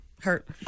hurt